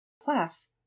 Plus